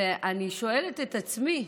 ואני שואלת את עצמי: